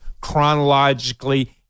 chronologically